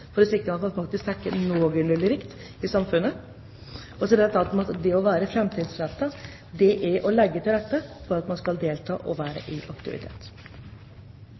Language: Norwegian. for å sikre at man faktisk dekkes noenlunde likt i samfunnet. Det å være framtidsrettet er å legge til rette for at man kan delta og være i aktivitet.